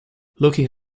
looking